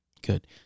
good